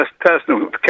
Personal